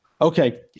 Okay